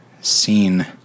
seen